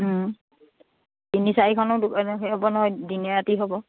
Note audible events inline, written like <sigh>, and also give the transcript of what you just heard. তিনি চাৰিখনো <unintelligible> হ'ব নহয় <unintelligible> দিনে ৰাতি হ'ব